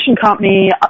company